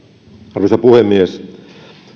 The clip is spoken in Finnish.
arvoisa puhemies